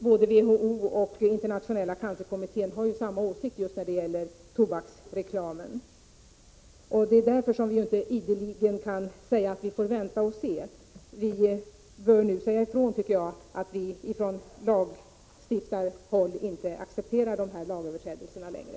Både WHO och Internationella Marknadsföring av cancerkommittén har samma åsikt när det gäller tobaksreklamen. Det är alkoholdrycker, därför vi inte ideligen kan säga att vi får vänta och se. Vi bör nu säga ifrån att snabbvinsatser och vi från lagstiftarhåll inte accepterar dessa lagöverträdelser längre.